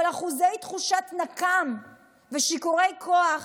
אבל אחוזי תחושת נקם ושיכורי כוח,